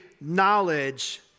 knowledge